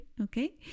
Okay